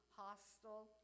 hostile